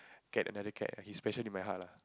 get another cat he's special to my heart lah